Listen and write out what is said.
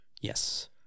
Yes